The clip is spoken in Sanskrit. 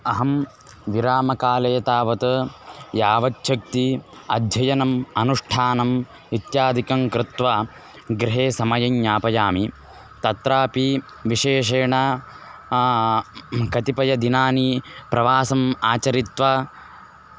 अहं विरामकाले तावत् यावच्छक्ति अध्ययनम् अनुष्ठानम् इत्यादिकङ्कृत्वा गृहे समयँय्यापयामि तत्रापि विशेषेण कतिपयदिनानि प्रवासम् आचरित्वा